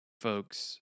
folks